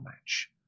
match